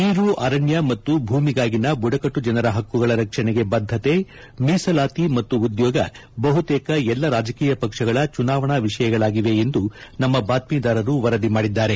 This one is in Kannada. ನೀರು ಅರಣ್ಯ ಮತ್ತು ಭೂಮಿಗಾಗಿನ ಬುಡಕಟ್ಟು ಜನರ ಹಕ್ಕುಗಳ ರಕ್ಷಣೆಗೆ ಬದ್ದತೆ ಮೀಸಲಾತಿ ಮತ್ತು ಉದ್ಲೋಗ ಬಹುತೇಕ ಎಲ್ಲ ರಾಜಕೀಯ ಪಕ್ಷಗಳ ಚುನಾವಣಾ ವಿಷಯಗಳಾಗಿವೆ ಎಂದು ನಮ್ನ ಬಾತ್ಲೀದಾರರು ವರದಿ ಮಾಡಿದ್ದಾರೆ